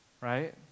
right